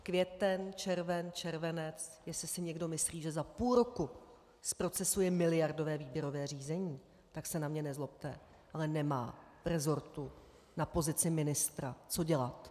Květen, červen, červenec jestli si někdo myslí, že za půl roku zprocesuje miliardové výběrové řízení, tak se na mě nezlobte, ale nemá v resortu na pozici ministra co dělat.